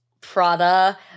Prada